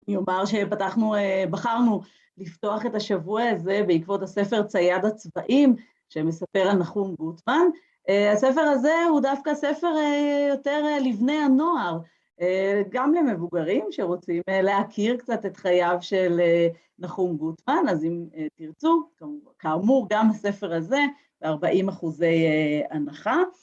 אני אומר שפתחנו, בחרנו לפתוח את השבוע הזה בעקבות הספר צייד הצבעים שמספר על נחום גוטמן. הספר הזה הוא דווקא ספר יותר לבני הנוער, גם למבוגרים שרוצים להכיר קצת את חייו של נחום גוטמן, אז אם תרצו, כאמור, גם הספר הזה, ב-40 אחוזי הנחה.